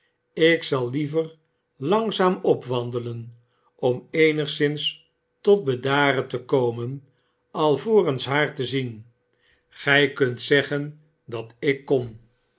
ik zal liever langzaam opwandelen om eenigszins tot bedaren te komen alvorens haar te zien gij kunt zeggen dat ik kom